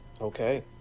Okay